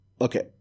okay